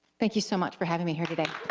thank you so much for having me here today.